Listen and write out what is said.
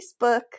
Facebook